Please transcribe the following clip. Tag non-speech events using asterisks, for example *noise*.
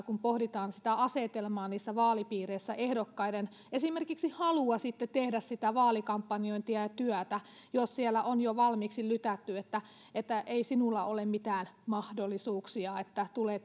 *unintelligible* kun pohditaan sitä asetelmaa niissä vaalipiireissä sekin osittain tietysti myös hankaloittaa ehdokkaiden esimerkiksi halua tehdä sitä vaalikampanjointia ja työtä jos siellä on jo valmiiksi lytätty että että ei sinulla ole mitään mahdollisuuksia että tulee *unintelligible*